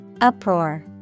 Uproar